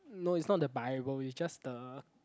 no it's not the bible is just the